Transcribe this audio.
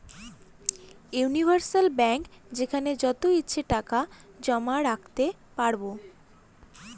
universal bank যেখানে যত ইচ্ছে টাকা জমা রাখতে পারবো